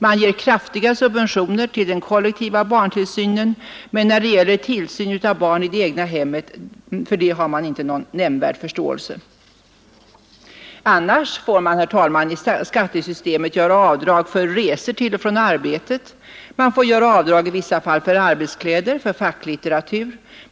Man ger kraftiga subventioner till den kollektiva barntillsynen, men för tillsyn av barn i det egna hemmet har man inte någon nämnvärd förståelse. Annars är det ju, herr talman, i skattesystemet tillåtet att göra avdrag för resor till och från arbetet och i vissa fall för arbetskläder och för facklitteratur.